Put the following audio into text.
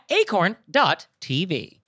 acorn.tv